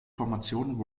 formation